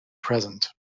present